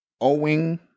owing